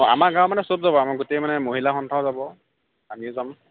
আমাৰ গাঁৱৰ মানে চব যাব আমাৰ গোটেই মানে মহিলা সন্থাও যাব আমিও যাম